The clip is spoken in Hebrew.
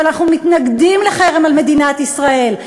אבל אנחנו מתנגדים לחרם על מדינת ישראל.